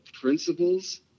principles